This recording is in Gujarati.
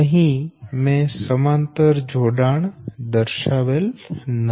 અહી મેં સમાંતર જોડાણ દર્શાવેલ નથી